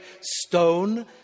stone